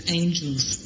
angels